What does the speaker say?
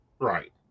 Right